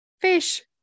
fish